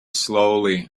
slowly